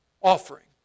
offering